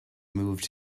moved